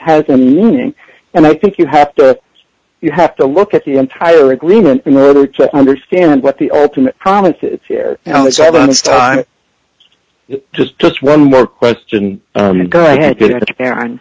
has a meaning and i think you have to you have to look at the entire agreement to murder to understand what the ultimate promise is here just just one more question and go ahead